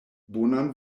bonan